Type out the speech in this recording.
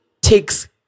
takes